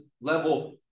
level